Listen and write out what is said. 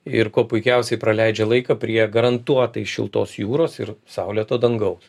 ir kuo puikiausiai praleidžia laiką prie garantuotai šiltos jūros ir saulėto dangaus